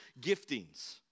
giftings